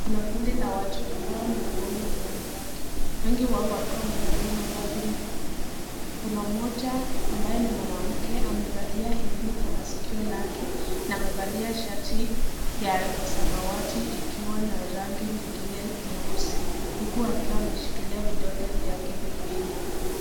Kuna kundi la watu ambawo ni wanaume kwa wanawake, wengi wao wakiwa wamevalia mavazi nyekundu. Kuna mmoja ambaye ni mwanamke amevalia herini kwa masikio lake na amevalia shati ya samawati ikiwa na rangi nyingine nyeusi huku akiwa ameshikilia vidole vyake viwili.